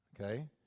okay